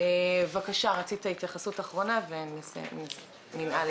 לדעתי המדינה צריכה לקחת אחריות וכן לפטור